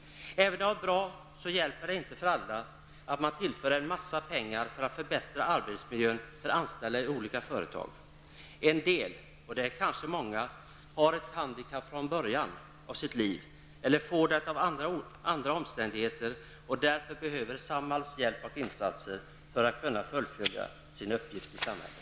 Även om det är bra, så hjälper det inte för alla att tillföra en massa pengar för att förbättra arbetsmiljön för de anställda i olika företag. En del, och det är ganska många, har ett medfött handikapp eller får ett sådant av andra omständigheter. Därför behöver de Samhalls hjälp och insatser för att kunna fullfölja sin uppgift i samhället.